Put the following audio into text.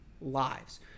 lives